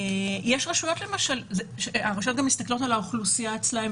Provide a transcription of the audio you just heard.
הרשויות מסתכלות גם על האוכלוסייה אצלן,